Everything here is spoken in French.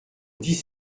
dix